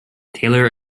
taylor